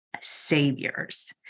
saviors